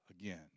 again